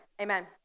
Amen